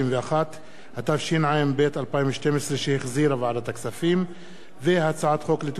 התשע"ב 2012, הצעת חוק לתיקון פקודת מס הכנסה (מס'